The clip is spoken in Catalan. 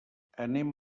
anem